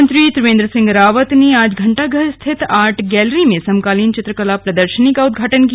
मुख्यमंत्री त्रिवेन्द्र सिंह रावत ने आज घण्टाघर स्थित आर्ट गैलरी में समकालीन चित्रकला प्रदर्शनी का उद्घाटन किया